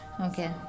Okay